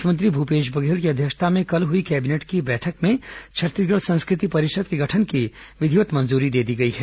मुख्यमंत्री भूपेश बघेल की अध्यक्षता में कल हुई कैबिनेट की बैठक में छत्तीसगढ़ संस्कृति परिषद के गठन की विधिवत् मंजूरी दे दी गई है